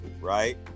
right